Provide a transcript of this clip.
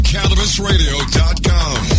CannabisRadio.com